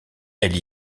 elle